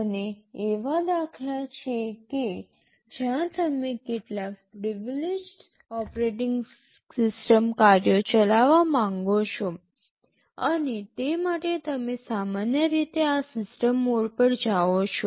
અને એવા દાખલા છે કે જ્યાં તમે કેટલાક પ્રિવીલેજડ ઓપરેટિંગ સિસ્ટમ કાર્યો ચલાવવા માંગો છો અને તે માટે તમે સામાન્ય રીતે આ સિસ્ટમ મોડ પર જાઓ છો